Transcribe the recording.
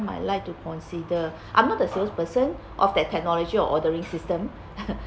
might like to consider I'm not the salesperson of that technology or ordering system